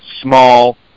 small